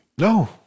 No